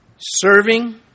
Serving